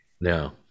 No